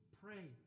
pray